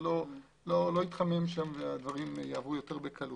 שלא יתחמם ושהדברים יעברו יותר בקלות.